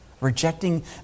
rejecting